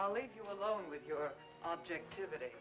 i'll leave you alone with your objectivity